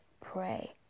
pray